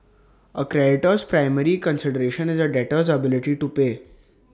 A creditor's primary consideration is A debtor's ability to pay